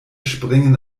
springen